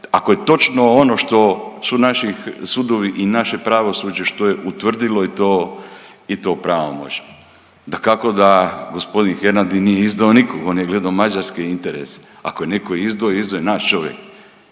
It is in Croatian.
ako je točno ono što su naši sudovi i naše pravosuđe što je utvrdilo i to, i to pravomoćno. Dakako da gospodin Hernadi nije izdao nikoga, on je gledao Mađarske interese. Ako je netko izdao, izdao je naš čovjek.